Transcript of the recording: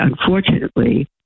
unfortunately